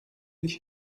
nicht